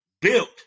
Built